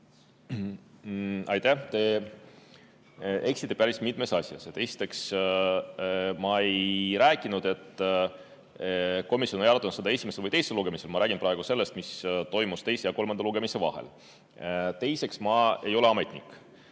Aitäh! Te eksite päris mitmes asjas. Esiteks, ma ei rääkinud, et komisjon ei arutanud seda esimesel või teisel lugemisel. Ma räägin praegu sellest, mis toimus teise ja kolmanda lugemise vahel. Teiseks, ma ei ole ametnik.